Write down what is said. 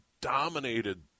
dominated